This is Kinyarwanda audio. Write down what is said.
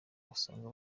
usanga